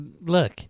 look